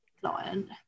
client